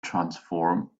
transform